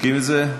בודקים את זה?